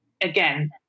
again